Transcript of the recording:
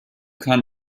kann